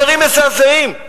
דברים מזעזעים.